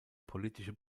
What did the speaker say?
politische